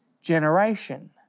generation